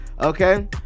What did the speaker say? okay